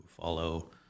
follow